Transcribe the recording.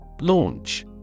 Launch